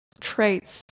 traits